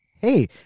hey